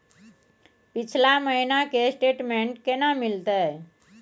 पिछला महीना के स्टेटमेंट केना मिलते?